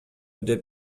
деп